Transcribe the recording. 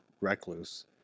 recluse